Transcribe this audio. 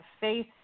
faith